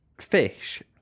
fish